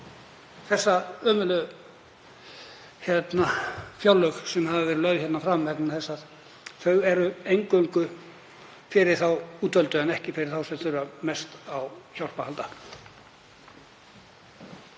þessi ömurlegu fjárlög sem hafa verið lögð fram. Þau eru eingöngu fyrir þá útvöldu en ekki fyrir þá sem þurfa mest á hjálp að halda.